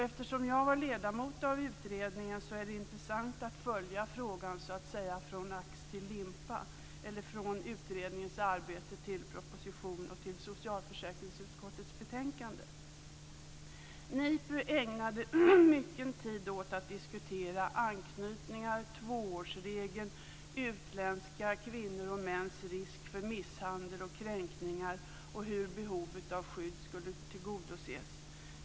Eftersom jag var ledamot av utredningen tycker jag att det är intressant att följa frågan så att säga från ax till limpa, eller från utredningens arbete till proposition och till socialförsäkringsutskottets betänkande. NIPU ägnade mycken tid åt att diskutera anknytningar, tvåårsregeln och utländska kvinnors och mäns risk för misshandel och kränkningar och hur behovet av skydd skulle tillgodoses.